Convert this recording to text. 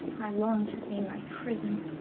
i long to see my prison.